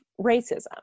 racism